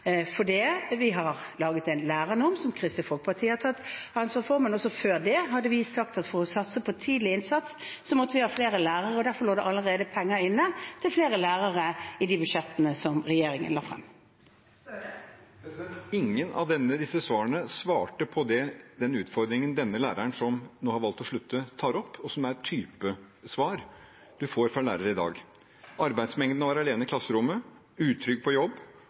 for vi har lagd en lærernorm. Kristelig Folkeparti har tatt ansvar for den, men også før det hadde vi sagt at for å kunne satse på tidlig innsats, måtte vi ha flere lærere. Derfor lå det allerede penger inne til flere lærere i de budsjettene regjeringen la frem. Ingen av disse svarene svarte på den utfordringen denne læreren, som nå har valgt å slutte, tar opp, og som er den typen svar vi får fra lærere i dag: arbeidsmengden, å være alene i klasserommet, være utrygg på jobb